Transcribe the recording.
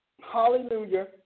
hallelujah